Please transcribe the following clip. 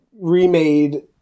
remade